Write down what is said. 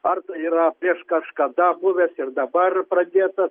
ar tai yra prieš kažkada buvęs ir dabar pradėtas